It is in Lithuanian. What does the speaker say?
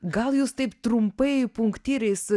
gal jūs taip trumpai punktyrais